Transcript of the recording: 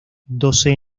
doce